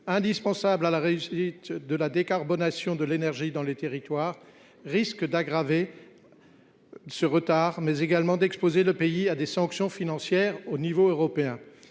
indispensable à la réussite de la décarbonation de l’énergie dans les territoires, risque d’aggraver notre retard, mais également d’exposer le pays à des sanctions financières à l’échelon européen.